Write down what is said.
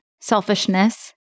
selfishness